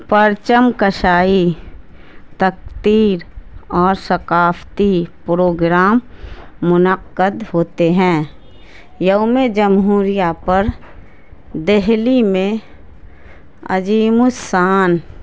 پرچم کشائی تقریر اور ثقافتی پروگرام منعقد ہوتے ہیں یوم جمہوریہ پر دہلی میں عظیم الشان